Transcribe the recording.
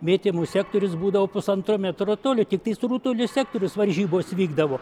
metimų sektorius būdavo pusantro metro tolio tiktai rutulio sektorius varžybos vykdavo